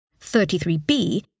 33B